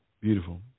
beautiful